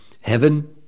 heaven